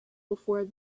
before